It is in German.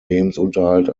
lebensunterhalt